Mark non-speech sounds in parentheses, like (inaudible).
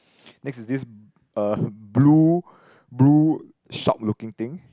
(breath) next this uh blue blue short looking thing